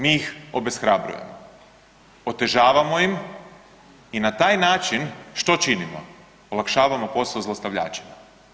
Mi ih obeshrabrujemo, otežavamo im i na taj način što činimo, olakšavamo posao zlostavljačima.